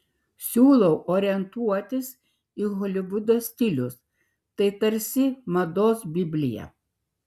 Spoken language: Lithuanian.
siūlau orientuotis į holivudo stilius tai tarsi mados biblija